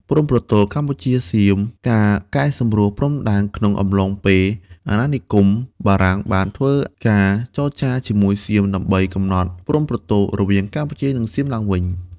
ព្រំប្រទល់កម្ពុជា សៀម ការកែសម្រួលព្រំដែនក្នុងអំឡុងពេលអាណានិគម បារាំងបានធ្វើការចរចាជាមួយសៀមដើម្បីកំណត់ព្រំប្រទល់រវាងកម្ពុជា និងសៀមឡើងវិញ។